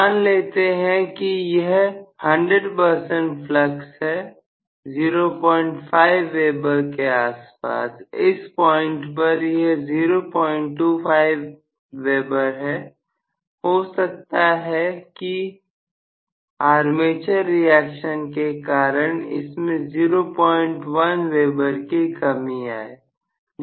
मान लेते हैं कि यह 100 परसेंट फ्लक्स है 05Wb के आसपास इस पॉइंट पर यह 025Wb है हो सकता है कि आयुर्वेद रिएक्शन के कारण इसमें 01Wb की कमी आए